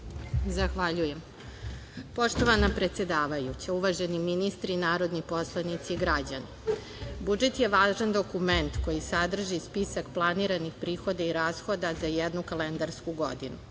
Zahvaljujem. Poštovana predsedavajuća, uvaženi ministri, narodni poslanici i građani, budžet je važan dokument koji sadrži spisak planiranih prihoda i rashoda za jednu kalendarsku godinu.